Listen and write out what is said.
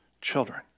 children